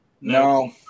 No